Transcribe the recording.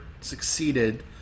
succeeded